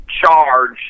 charge